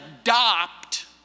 adopt